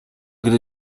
gdy